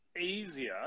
easier